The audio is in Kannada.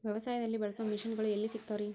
ವ್ಯವಸಾಯದಲ್ಲಿ ಬಳಸೋ ಮಿಷನ್ ಗಳು ಎಲ್ಲಿ ಸಿಗ್ತಾವ್ ರೇ?